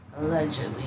Allegedly